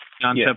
John